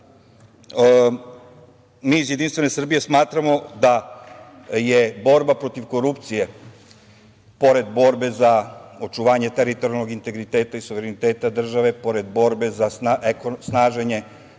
mi iz JS smatramo da je borba protiv korupcije, pored borbe za očuvanje teritorijalnog integriteta i suvereniteta države, pored borbe za